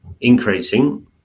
increasing